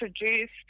introduced